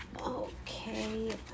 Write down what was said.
okay